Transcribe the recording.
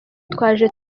twaje